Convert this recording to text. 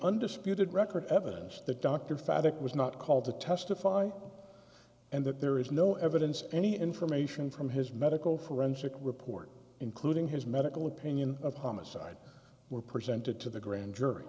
undisputed record evidence that dr phatak was not called to testify and that there is no evidence any information from his medical forensic report including his medical opinion of homicide were presented to the grand jury